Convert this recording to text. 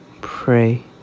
pray